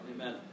Amen